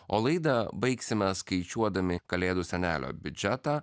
o laidą baigsime skaičiuodami kalėdų senelio biudžetą